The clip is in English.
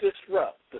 disrupt